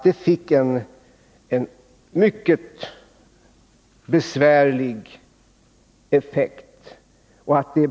Det fick en mycket besvärande effekt.